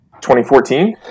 2014